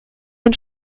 den